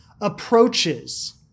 approaches